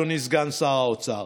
אדוני סגן שר האוצר: